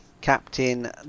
Captain